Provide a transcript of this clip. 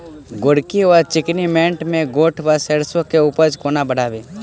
गोरकी वा चिकनी मैंट मे गोट वा सैरसो केँ उपज कोना बढ़ाबी?